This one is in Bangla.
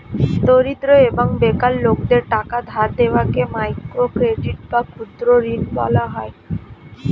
দরিদ্র এবং বেকার লোকদের টাকা ধার দেওয়াকে মাইক্রো ক্রেডিট বা ক্ষুদ্র ঋণ বলা হয়